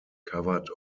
covered